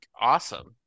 awesome